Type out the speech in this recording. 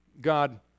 God